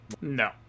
No